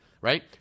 right